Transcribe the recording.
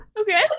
Okay